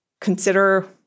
Consider